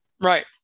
Right